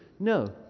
No